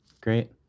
Great